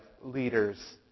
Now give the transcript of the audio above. leaders